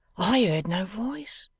i heard no voice